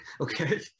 Okay